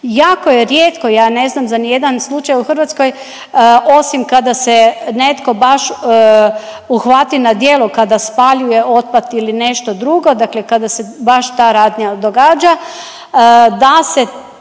Jako je rijetko ja ne znam za ni jedan slučaj u Hrvatskoj osim kada se netko baš uhvati na djelu kada spaljuje otpad ili nešto drugo, dakle kada se baš ta radnja događa da se